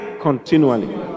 continually